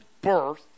birth